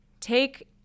Take